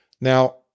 Now